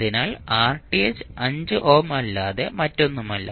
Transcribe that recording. അതിനാൽ Rth 5 ohm അല്ലാതെ മറ്റൊന്നുമല്ല